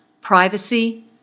privacy